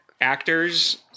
actors